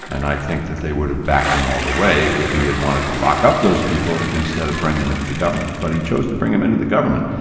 and i think that they would have backed him all the way if he had wanted to lock up those people instead of bringing them into the government, but he chose to bring them into the government,